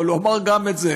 אבל הוא אמר גם את זה.